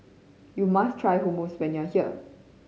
you must try Hummus when you are here